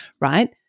right